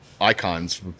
icons